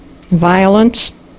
violence